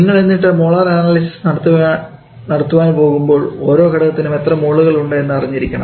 നിങ്ങൾ എന്നിട്ട് molar analysis നടത്തുവാൻ പോകുമ്പോൾ ഓരോ ഘടകത്തിനും എത്ര മോളുകൾ ഉണ്ട് എന്ന് അറിഞ്ഞിരിക്കണം